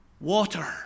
Water